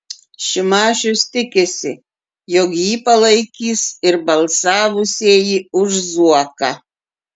šimašius tikisi jog jį palaikys ir balsavusieji už zuoką